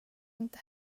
inte